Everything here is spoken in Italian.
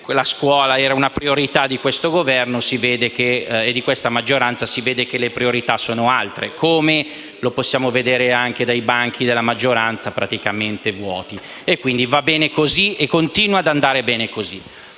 la scuola è una priorità di questo Governo e della maggioranza; si vede che le priorità sono altre, come è riscontrabile anche dai banchi della maggioranza praticamente vuoti. Va bene così e continua ad andar bene così.